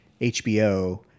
HBO